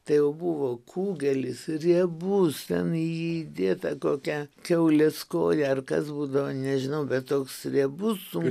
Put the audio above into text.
tai jau buvo kugelis riebus ten į jį įdėta kokia kiaulės koja ar kas būdavo nežinau bet toks riebus